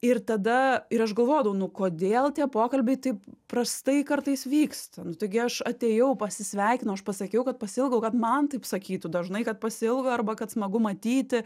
ir tada ir aš galvodavau nu kodėl tie pokalbiai taip prastai kartais vyksta nu taigi aš atėjau pasisveikinau aš pasakiau kad pasiilgau kad man taip sakytų dažnai kad pasiilgo arba kad smagu matyti